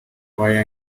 via